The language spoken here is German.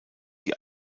die